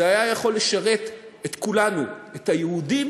זה היה יכול לשרת את כולנו, את היהודים